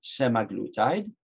semaglutide